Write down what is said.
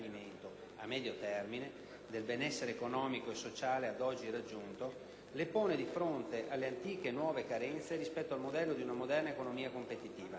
a medio termine, del benessere economico e sociale ad oggi raggiunto, le pone di fronte alle antiche e nuove carenze rispetto al modello di una moderna economia competitiva.